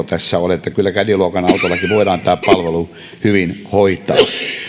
tässä ole kyllä caddy luokan autollakin voidaan tämä palvelu hyvin hoitaa